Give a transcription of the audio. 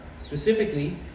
specifically